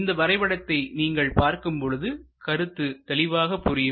இந்த வரைபடத்தை நீங்கள் பார்க்கும் பொழுது கருத்து தெளிவாக புரியும்